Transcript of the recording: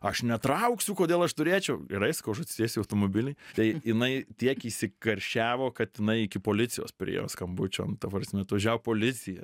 aš netrauksiu kodėl aš turėčiau gerai aš sakau aš atsisėsiu į automobilį tai jinai tiek įsikarščiavo kad jinai iki policijos priėjo skambučio nu ta prasme atvažiavo policija